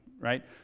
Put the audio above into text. right